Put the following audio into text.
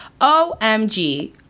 omg